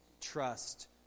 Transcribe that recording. Trust